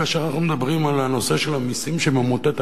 כאשר אנחנו מדברים על הנושא של המסים שממוטט אנשים,